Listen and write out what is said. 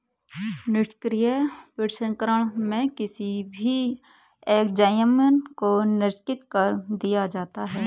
निष्क्रिय प्रसंस्करण में किसी भी एंजाइम को निष्क्रिय कर दिया जाता है